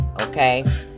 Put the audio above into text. Okay